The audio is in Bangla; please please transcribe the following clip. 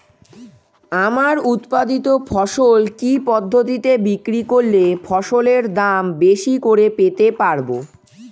আমার উৎপাদিত ফসল কি পদ্ধতিতে বিক্রি করলে ফসলের দাম বেশি করে পেতে পারবো?